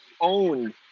owned